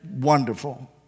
wonderful